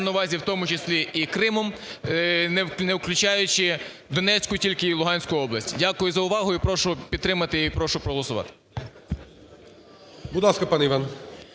на увазі, в тому числі і Кримом, не включаючи Донецьку тільки і Луганську область. Дякую за увагу і прошу підтримати, і прошу проголосувати. ГОЛОВУЮЧИЙ. Будь ласка, пане Іван.